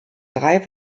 drei